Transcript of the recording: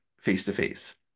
face-to-face